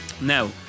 now